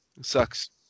sucks